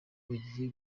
bagiye